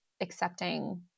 accepting